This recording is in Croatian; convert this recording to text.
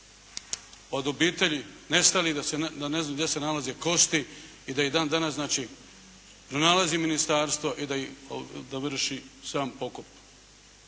od obitelji nestalih da ne zna gdje se nalaze kosti i da ih dan danas pronalazi ministarstvo i da vrši sam pokop.